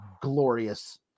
glorious